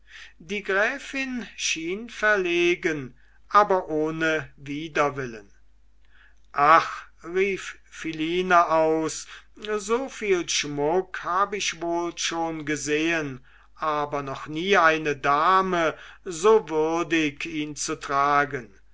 die gräfin schien verlegen aber ohne widerwillen ach rief philine aus so viel schmuck hab ich wohl schon gesehen aber noch nie eine dame so würdig ihn zu tragen